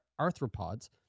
arthropods